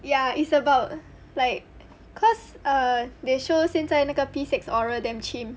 ya it's about like cause err they show 现在那个 P six oral damn chim